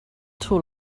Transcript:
too